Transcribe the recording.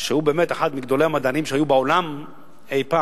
שהוא באמת אחד מגדולי המדענים שהיו בעולם אי-פעם,